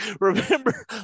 remember